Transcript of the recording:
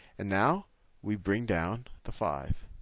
and now we bring down the five.